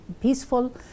peaceful